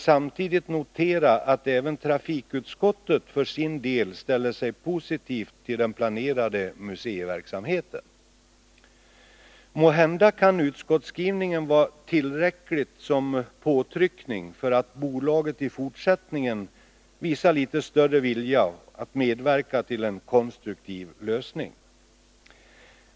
Samtidigt kan dock noteras att även trafikutskottet ställer sig positivt till den planerade museiverksamheten. Måhända kan utskottsskrivningen vara tillräcklig som påtryckningsmedel mot bolaget att i fortsättningen visa litet större vilja att medverka till en konstruktiv lösning.